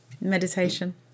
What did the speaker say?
meditation